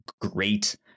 great